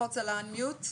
אותך,